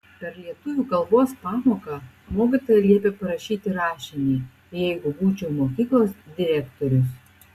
per lietuvių kalbos pamoką mokytoja liepė parašyti rašinį jeigu būčiau mokyklos direktorius